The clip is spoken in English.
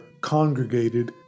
congregated